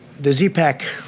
the z-pak,